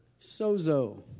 sozo